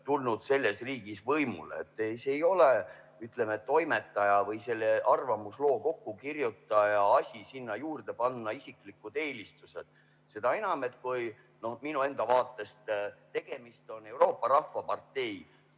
tulnud selles riigis võimule. Ei, see ei ole, ütleme, toimetaja või arvamusloo kokkukirjutaja asi panna sinna juurde panna isiklikke eelistusi. Seda enam, kui minu enda vaatest on tegemist Euroopa Rahvapartei